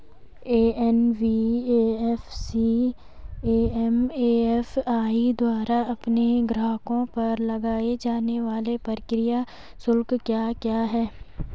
NBFC MFI द्वारा अपने ग्राहकों पर लगाए जाने वाले प्रक्रिया शुल्क क्या क्या हैं?